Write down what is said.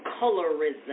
colorism